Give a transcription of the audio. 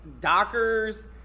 Dockers